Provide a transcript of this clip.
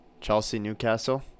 Chelsea-Newcastle